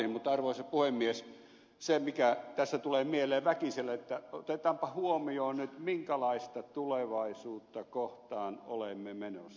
mutta arvoisa puhemies tässä tulee mieleen väkisellä että otetaanpa huomioon nyt minkälaista tulevaisuutta kohti olemme menossa